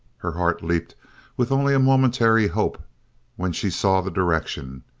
her heart leaped with only a momentary hope when she saw the direction,